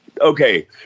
okay